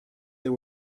they